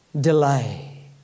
Delay